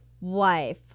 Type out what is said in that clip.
wife